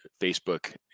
Facebook